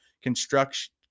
construction